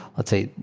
let's say,